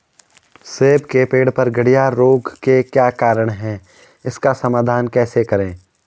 सेब के पेड़ पर गढ़िया रोग के क्या कारण हैं इसका समाधान कैसे करें?